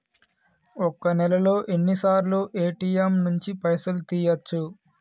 ఒక్క నెలలో ఎన్నిసార్లు ఏ.టి.ఎమ్ నుండి పైసలు తీయచ్చు?